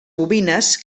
bobines